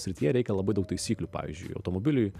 srityje reikia labai daug taisyklių pavyzdžiui automobiliui